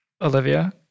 Olivia